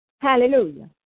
Hallelujah